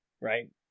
right